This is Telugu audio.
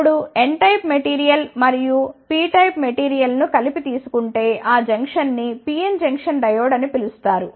ఇప్పుడు N టైప్ మెటీరియల్ మరియు P టైప్ మెటీరియల్ ను కలిపి తీసు కుంటే ఆ జంక్షన్ను PN జంక్షన్ డయోడ్ అని పిలుస్తారు